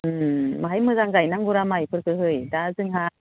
माहाय मोजां गायनांगौरा माइफोरखोहै दा जोंहा